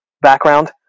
background